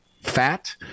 fat